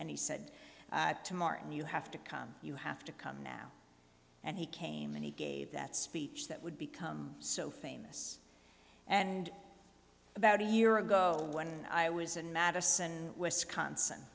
and he said to martin you have to come you have to come now and he came and he gave that speech that would become so famous and about a year ago when i was in madison wisconsin